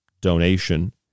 donation